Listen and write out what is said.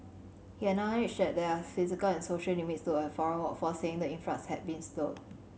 he acknowledged that there are physical and social limits to a foreign workforce saying the influx had been slowed